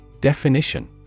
Definition